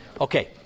Okay